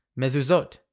Mezuzot